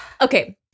okay